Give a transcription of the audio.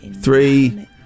three